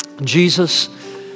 Jesus